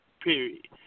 period